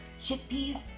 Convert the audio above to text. Chickpeas